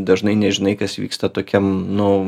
dažnai nežinai kas vyksta tokiam nu